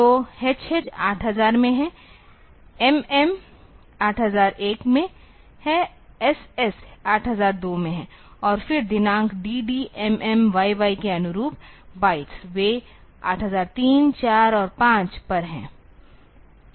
तो hh 8000 में है मिमी 8001 में है ss 8002 में है और फिर दिनांक dd mm yy के अनुरूप बाइट्स वे 8003 4 और 5 पर हैं